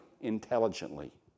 intelligently